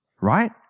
right